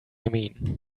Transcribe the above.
mean